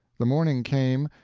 the morning came,